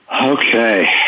okay